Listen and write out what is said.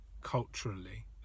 culturally